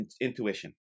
intuition